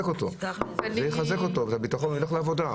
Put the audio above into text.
זה יחזק אותו, הביטחון, שיילך לעבודה.